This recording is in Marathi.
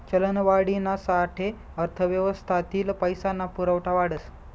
चलनवाढीना साठे अर्थव्यवस्थातील पैसा ना पुरवठा वाढस